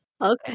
Okay